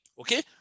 Okay